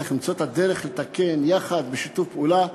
צריך למצוא את הדרך לתקן יחד בשיתוף פעולה.